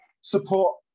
support